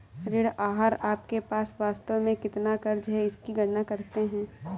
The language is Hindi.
ऋण आहार आपके पास वास्तव में कितना क़र्ज़ है इसकी गणना करते है